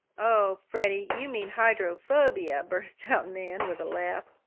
oh, freddie you mean hydrophobia! burst out nan, with a laugh.